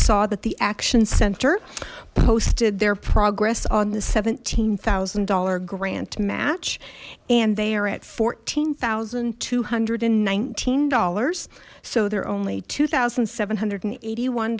saw that the action center posted their progress on the seventeen thousand dollar grant match and they are at fourteen thousand two hundred and nineteen dollars so they're only two thousand seven hundred and eighty one